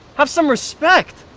have some respect!